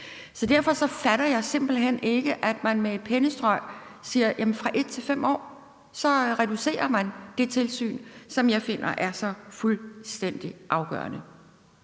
Derfor fatter jeg simpelt hen ikke, at man med et pennestrøg siger: Vi går fra 1 år til 5 år. Så reducerer man det tilsyn, som jeg finder er så fuldstændig afgørende.